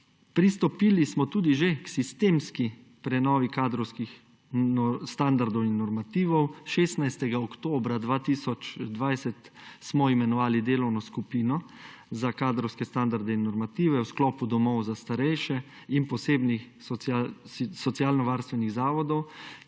Pristopili smo tudi že k sistemski prenovi kadrovskih standardov in normativov. 16. oktobra 2020 smo imenovali delovno skupino za kadrovske standarde in normative v sklopu domov za starejše in posebnih socialnovarstvenih zavodov,